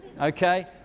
Okay